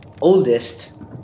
oldest